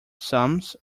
sums